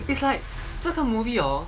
it's like 这个 movie or